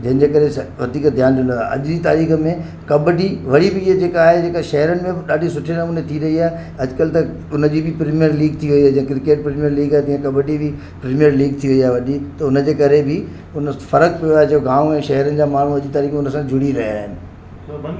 जंहिंजे करे वधीक ध्यानु ॾिनो आहे अॼु जी तारीख़ में कबड्डी वरी बि इहा जेका आहे जेका शहरनि में बि ॾाढी सुठे नमूने थी रही आहे अॼुकल्ह त हुनजी बि प्रीमियर लीग थी रही आहे जीअं क्रिकेट प्रीमियर लीग आहे तीअं कबड्डी बि प्रीमियर लीग थी रही आहे वॾी त हुनजे करे बि हुन फ़र्क़ु पियो आहे जो गांव ऐं शहरनि जा माण्हू अॼु तारीख़ में हुनसां जुड़ी रहिया आहिनि